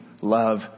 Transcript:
love